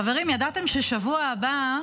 חברים, יוראי,